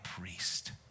priest